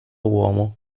uomo